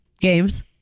games